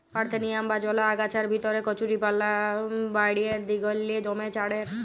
parthenium বা জলা আগাছার ভিতরে কচুরিপানা বাঢ়্যের দিগেল্লে দমে চাঁড়ের